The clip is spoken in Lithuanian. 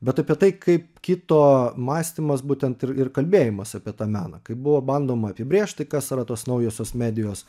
bet apie tai kaip kito mąstymas būtent ir ir kalbėjimas apie tą meną kai buvo bandoma apibrėžti kas yra tos naujosios medijos